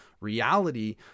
reality